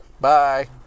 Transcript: Bye